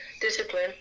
discipline